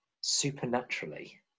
supernaturally